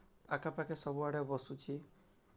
ଆଖାପାଖି ସବୁଆଡ଼େ ବସୁଛି